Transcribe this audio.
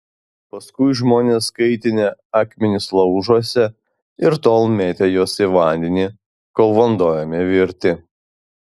paskui žmonės kaitinę akmenis laužuose ir tol mėtę juos į vandenį kol vanduo ėmė virti